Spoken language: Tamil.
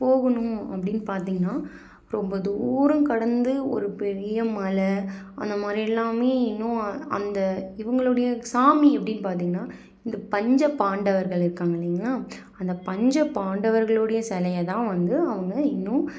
போகணும் அப்படின்னு பார்த்தீங்கனா ரொம்ப தூரம் கடந்து ஒரு பெரிய மலை அந்த மலை எல்லாம் இன்னும் அந்த இவங்களுடைய சாமி அப்படின்னு பார்த்தீங்கனா இந்த பஞ்சப்பாண்டவர்கள் இருக்காங்க இல்லைங்களா அந்த பஞ்சப்பாண்டவர்களுடைய சிலைய தான் வந்து அவங்க இன்னும்